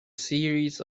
series